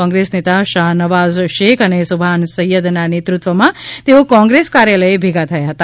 કોગ્રેસ નેતા શાહ નવાઝ શેખ અને સુભાન સૈયદના નેતૃત્વમાં તેઓ કોગ્રેસ કાર્યાલયે ભેગા થયા હતા